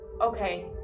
okay